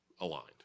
aligned